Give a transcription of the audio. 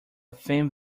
thing